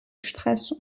stress